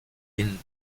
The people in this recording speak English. been